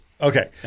Okay